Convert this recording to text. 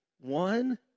One